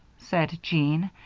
said jean,